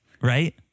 Right